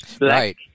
Right